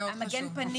מאוד חשוב.